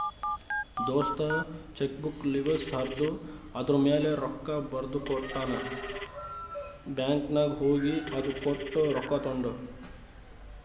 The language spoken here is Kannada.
ದೋಸ್ತ ಚೆಕ್ಬುಕ್ದು ಲಿವಸ್ ಹರ್ದು ಅದೂರ್ಮ್ಯಾಲ ರೊಕ್ಕಾ ಬರ್ದಕೊಟ್ಟ ನಾ ಬ್ಯಾಂಕ್ ನಾಗ್ ಹೋಗಿ ಅದು ಕೊಟ್ಟು ರೊಕ್ಕಾ ತೊಂಡು